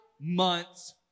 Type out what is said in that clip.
months